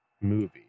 movie